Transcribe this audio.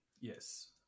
Yes